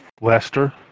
Lester